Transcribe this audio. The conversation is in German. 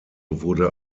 wurde